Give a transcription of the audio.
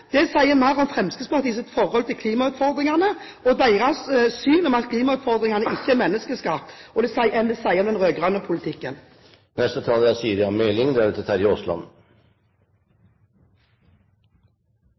det sier mer om Fremskrittspartiets forhold til klimautfordringene og deres syn om at klimautfordringene ikke er menneskeskapte enn det sier om den rød-grønne politikken. Selv om Norge i dag har en stor oljeformue, er